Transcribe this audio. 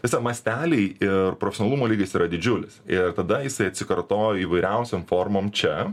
tiesa masteliai ir pro saugumo lygis yra didžiulis ir tada jisai atsikartoja įvairiausiom formom čia